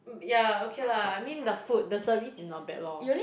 mhm yeah okay lah I mean the food the service is not bad lor